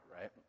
Right